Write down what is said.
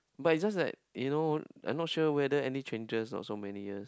but it's just that you know I'm not sure whether any changes not so many years